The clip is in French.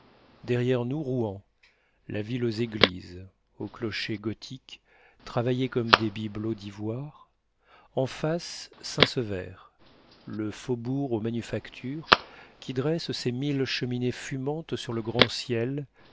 derrière nous rouen la ville aux églises aux clochers gothiques travaillés comme des bibelots d'ivoire en face saint-sever le faubourg aux manufactures qui dresse ses mille cheminées fumantes sur le grand ciel